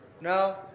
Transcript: No